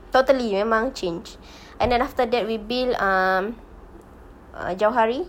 totally memang change and then after that we build um err jauhari